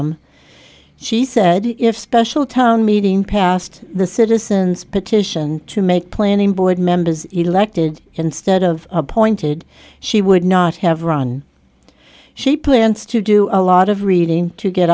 i'm she said if special town meeting passed the citizens petition to make planning board members elected instead of appointed she would not have run she plans to do a lot of reading to get